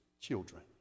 children